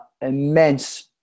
immense